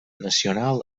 nacional